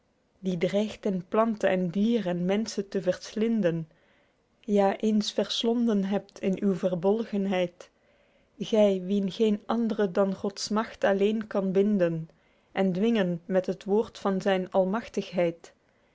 dreigt en plante en dier en mensche te verslinden ja eens verslonden hebt in uw verbolgenheid gy wien geen andre dan gods magt alleen kan binden en dwingen met het woord van zyne